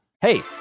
Hey